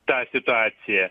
ta situacija